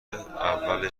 اول